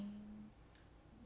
ya kan